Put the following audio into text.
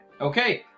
Okay